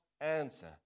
answer